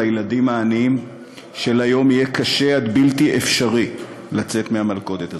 לילדים העניים של היום יהיה קשה עד בלתי אפשרי לצאת מהמלכודת הזאת.